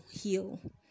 heal